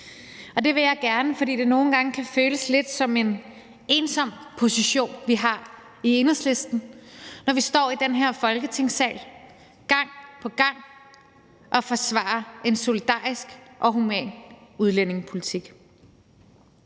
Og det vil jeg gerne, fordi det nogle gange kan føles lidt som en ensom position, vi har i Enhedslisten, når vi gang på gang står i den her Folketingssal og forsvarer en solidarisk og human udlændingepolitik.